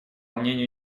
мнению